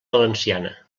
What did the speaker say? valenciana